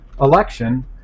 election